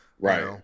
Right